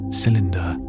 cylinder